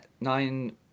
nine